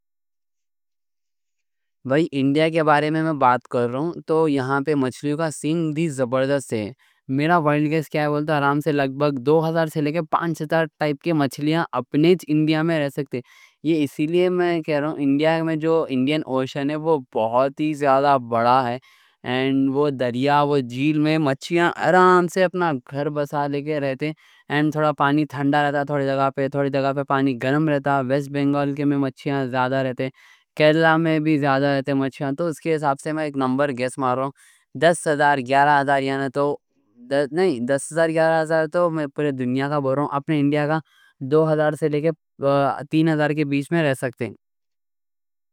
بھائی انڈیا کے بارے میں بات کر رہا ہوں، تو یہاں پہ مچھلیوں کا سین بہت زبردست ہے۔ میرا وائلڈ گیس کیا بولے تو، آرام سے لگ بھگ دو ہزار سے لے کے پانچ ہزار ٹائپ کے مچھلیاں اپنے انڈیا میں رہ سکتے ہیں۔ یہ اسی لئے میں کہہ رہا ہوں۔ انڈیا میں جو انڈین اوشن ہے وہ بہت ہی زیادہ بڑا ہے۔ اور وہ دریا، وہ جھیل میں مچھلیاں آرام سے اپنا گھر بسا کے رہتے ہیں۔ تھوڑی جگہ پر پانی ٹھنڈا رہتا، تھوڑی جگہ پر پانی گرم رہتا ہے۔ ویسٹ بینگال میں مچھیاں زیادہ رہتے، کیرالا میں بھی زیادہ رہتے۔ تو اس کے حساب سے میں ایک نمبر گیس مار رہا ہوں، دس ہزار گیارہ ہزار نہیں، دس ہزار گیارہ ہزار تو میں پورے دنیا کا بول رہا ہوں۔ اپنے انڈیا کا دو ہزار سے لے کے تین ہزار کے بیچ میں رہ سکتے ہیں۔